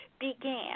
began